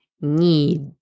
need